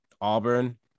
Auburn